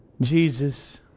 Jesus